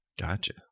Gotcha